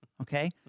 okay